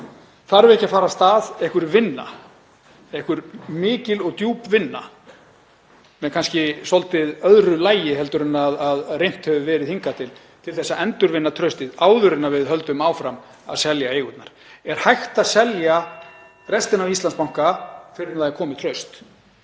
Þarf ekki að fara af stað einhver mikil og djúp vinna með kannski svolítið öðru lagi en reynt hefur verið hingað til, til þess að endurvinna traustið áður en við höldum áfram að selja eigurnar? Er hægt að selja restina af Íslandsbanka fyrr en traust